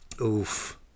Oof